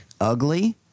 ugly